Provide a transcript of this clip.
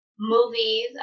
Movies